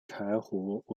柴胡